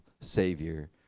Savior